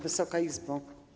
Wysoka Izbo!